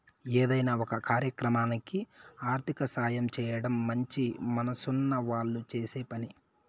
ఏదైనా ఒక కార్యక్రమానికి ఆర్థిక సాయం చేయడం మంచి మనసున్న వాళ్ళు చేసే పని